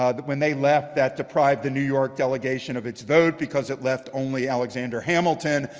ah that when they left that deprived the new york delegation of its vote, because it left only alexander hamilton,